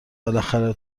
بالاخره